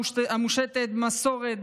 המושתתים על מסורת,